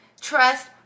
trust